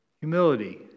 Humility